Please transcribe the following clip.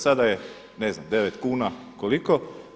Sada je ne znam 9 kuna koliko.